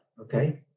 Okay